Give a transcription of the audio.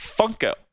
Funko